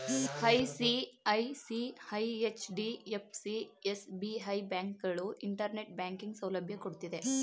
ICICI, HDFC, SBI, ಬ್ಯಾಂಕುಗಳು internet banking ಸೌಲಭ್ಯ ಕೊಡ್ತಿದ್ದೆ